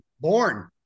Born